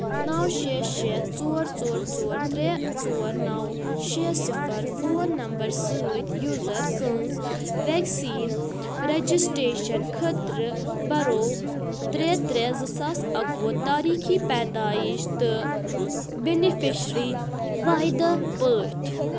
نو شیٚے شیٚے ژور ژور ژور ترٛے ژور نو شیٚے صِفر فون نمبر سۭتۍ یوزر سٕنٛز ویکسیٖن رجسٹریشن خٲطرٕ برو ترٛے ترٛے زٕ ساس اکہٕ وُہ تاریٖخی پیدٲئش تہٕ بینِفیشری واحِدہ پٲٹھۍ